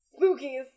spookies